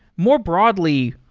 more broadly,